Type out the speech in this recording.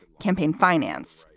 campaign finance.